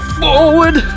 forward